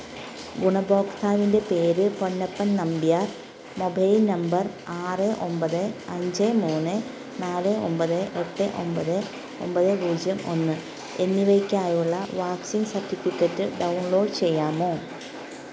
ഗുണഭോക്താവിന്റെ പേര് Ponnappan Nambiar mobile number ആറ് ഒൻപത് അഞ്ച് മൂന്ന് നാല് ഒൻപത് എട്ട് ഒൻപത് ഒൻപത് പൂജ്യം ഒന്ന് എന്നിവയ്ക്കായുള്ള വാക്സിൻ സർട്ടിഫിക്കറ്റ് ഡൗൺ ലോഡ് ചെയ്യാമോ